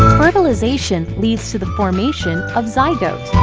fertilization leads to the formation of zygote.